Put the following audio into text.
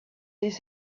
this